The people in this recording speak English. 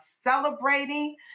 celebrating